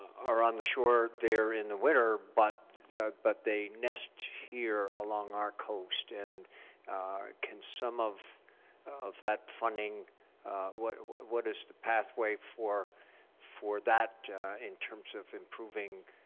are on the shore there in the winter, but but they nest here along our coast, and can some of of that funding what what is the pathway for for that in terms of improving